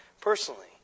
personally